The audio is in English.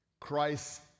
Christ